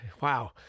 Wow